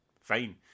fine